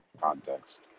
context